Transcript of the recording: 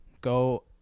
go